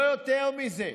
לא יותר מזה.